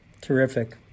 Terrific